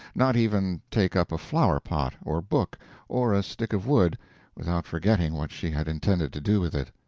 not even take up a flower-pot or book or a stick of wood without forgetting what she had intended to do with it.